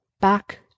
back